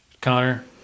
Connor